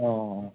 ꯑꯣ